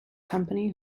company